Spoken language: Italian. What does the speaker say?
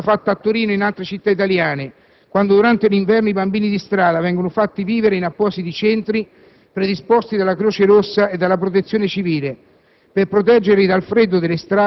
Cito un'interessante esperienza compiuta a Torino e in altre città italiane quando, durante l'inverno, i bambini di strada vengono fatti vivere in appositi centri predisposti dalla Croce Rossa e dalla Protezione civile,